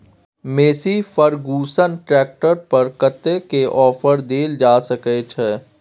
Massey Ferguson tractor पर कतेक के ऑफर देल जा सकै छै?